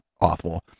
awful